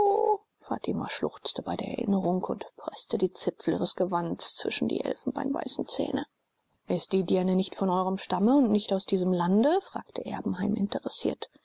fatima schluchzte bei der erinnerung und preßte die zipfel ihres gewands zwischen die elfenbeinweißen zähne ist die dirne nicht von eurem stamme und nicht aus diesem lande fragte erbenheim interessiert